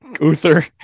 Uther